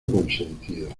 consentido